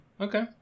Okay